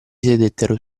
sedettero